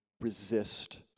resist